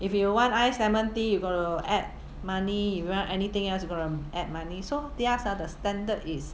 if you want ice lemon tea you got to add money you want anything else you got to add money so theirs ah the standard is